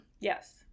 Yes